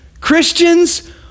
Christians